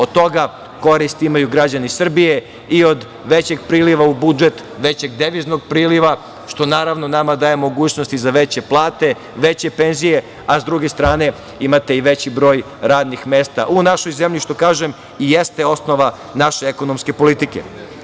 Od toga korist imaju građani Srbije i od većeg priliva u budžet, većeg deviznog priliva, što naravno, nama daje mogućnosti za veće plate, veće penzije, a sa druge strane, imate i veći broj radnih mesta u našoj zemlji, što kažem, i jeste osnova naše ekonomske politike.